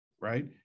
Right